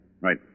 Right